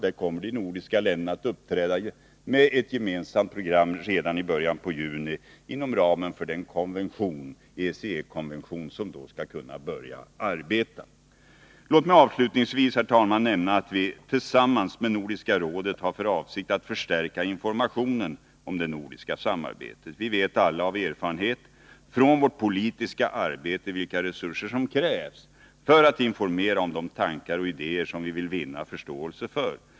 Där kommer de nordiska länderna att uppträda med ett gemensamt program redan i början av juni inom ramen för den konvention som då skall börja arbeta. Låt mig avslutningsvis, herr talman, nämna att vi tillsammans med Nordiska rådet har för avsikt att förstärka informationen om det nordiska samarbetet. Vi vet alla av erfarenhet från vårt politiska arbete vilka resurser som krävs för att informera om de tankar och idéer som vi vill vinna förståelse för.